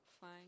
fine